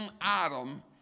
Adam